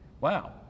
Wow